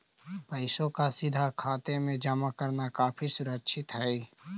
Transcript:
पैसों का सीधा खाते में जमा करना काफी सुरक्षित हई